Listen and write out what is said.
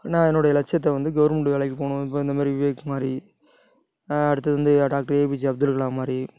நான் என்னுடைய லட்சியத்தை வந்து கவர்மெண்ட் வேலைக்கு போகணும் இப்போ இந்த மாதிரி விவேக் மாதிரி அடுத்தது வந்து doctor A P J Abdul Kalam மாதிரி